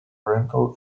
rental